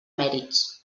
mèrits